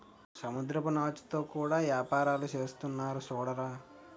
సముద్రపు నాచుతో కూడా యేపారాలు సేసేస్తున్నారు సూడరా